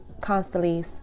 constantly